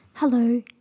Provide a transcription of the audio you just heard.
Hello